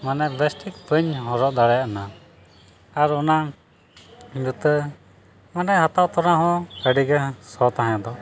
ᱢᱟᱱᱮ ᱵᱮᱥᱴᱷᱤᱠ ᱵᱟᱹᱧ ᱦᱚᱨᱚᱜ ᱫᱟᱲᱮᱫᱟ ᱟᱱᱟ ᱟᱨ ᱚᱱᱟ ᱡᱩᱛᱟᱹ ᱢᱟᱱᱮ ᱦᱟᱛᱟᱣ ᱛᱚᱨᱟ ᱦᱚᱸ ᱟᱹᱰᱤᱜᱮ ᱥᱚ ᱛᱟᱦᱮᱸᱫᱚ